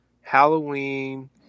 Halloween